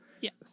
Yes